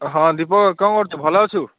ହଁ ଦୀପକ କ'ଣ କରୁଛୁ ଭଲ ଅଛୁ